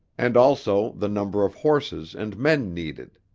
and also the number of horses and men needed.